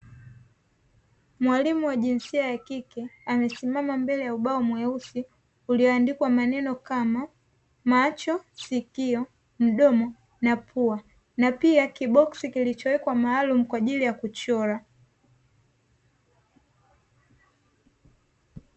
Mwalimu wa jinsia ya kike amesimama mbele ya ubao mweusi ulioandikwa maneno kama macho, sikio, mdomo na pua na pia kiboski kilichowekwa maalumu kwa ajili ya kuchora.